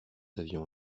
avions